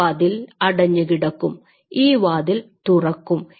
ഈ വാതിൽ അടഞ്ഞു കിടക്കും ഈ വാതിൽ തുറക്കും